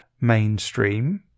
mainstream